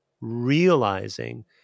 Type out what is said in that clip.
realizing